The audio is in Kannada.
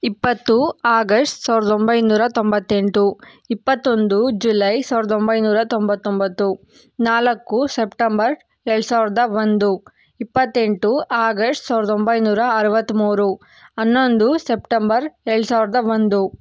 ಇಪ್ಪತ್ತು ಆಗಸ್ಟ್ ಸಾವಿರದ ಒಂಬೈನೂರ ತೊಂಬತ್ತೆಂಟು ಇಪ್ಪತ್ತೊಂದು ಜುಲೈ ಸಾವಿರದ ಒಂಬೈನೂರ ತೊಂಬತ್ತೊಂಬತ್ತು ನಾಲ್ಕು ಸೆಪ್ಟೆಂಬರ್ ಎರಡು ಸಾವಿರದ ಒಂದು ಇಪ್ಪತ್ತೆಂಟು ಆಗಸ್ಟ್ ಸಾವಿರದ ಒಂಬೈನೂರ ಅರವತ್ಮೂರು ಹನ್ನೊಂದು ಸೆಪ್ಟೆಂಬರ್ ಎರಡು ಸಾವಿರದ ಒಂದು